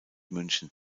münchen